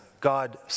God